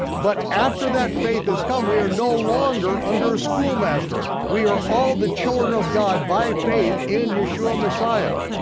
but after that faith is come, we are no longer under schoolmaster, we are all the children of god by faith in yeshua messiah.